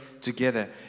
together